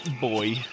Boy